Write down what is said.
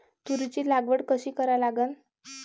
तुरीची लागवड कशी करा लागन?